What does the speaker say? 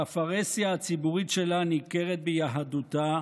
שהפרהסיה הציבורית שלה ניכרת ביהדותה,